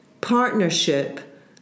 partnership